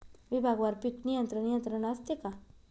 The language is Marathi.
विभागवार पीक नियंत्रण यंत्रणा असते का?